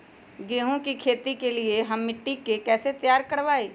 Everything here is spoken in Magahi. गेंहू की खेती के लिए हम मिट्टी के कैसे तैयार करवाई?